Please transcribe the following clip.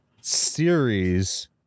series